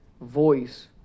voice